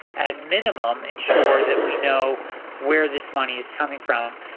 at minimum, ensure that we know where this money is coming from.